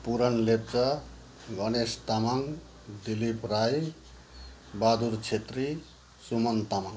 पुरण लेप्चा गणेश तामाङ दिलिप राई बहादुर छेत्री सुमन तामाङ